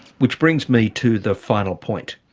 which brings me to the final point.